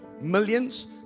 millions